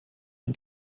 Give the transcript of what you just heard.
und